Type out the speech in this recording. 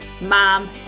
mom